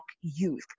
youth